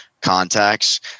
contacts